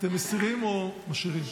אתם מסירים או משאירים?